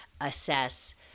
assess